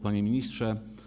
Panie Ministrze!